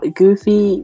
goofy